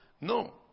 No